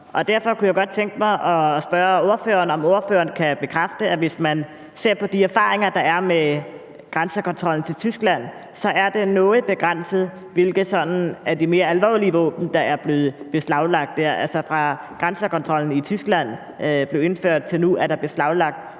derfor kunne jeg godt tænke mig at spørge ordføreren, om han kan bekræfte, at hvis man ser på de erfaringer, der er med grænsekontrollen til Tyskland, så er det noget begrænset, hvilke af de sådan mere alvorlige våben der er blevet beslaglagt der. Altså, fra grænsekontrollen til Tyskland blev indført til nu er der beslaglagt